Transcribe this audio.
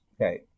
Okay